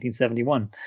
1971